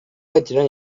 edilen